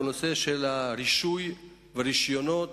הרישוי ורשיונות